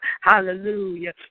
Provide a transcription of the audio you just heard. Hallelujah